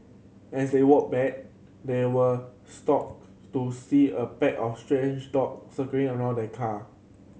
as they walked back they were shocked to see a pack of strage dog circling around the car